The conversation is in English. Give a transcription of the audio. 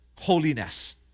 holiness